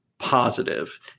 Positive